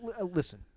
Listen